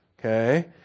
Okay